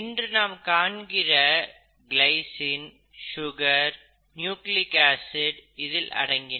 இன்று நாம் காண்கிற கிளைசின் சுகர் நியூக்ளிக் ஆசிட் இதில் அடங்கின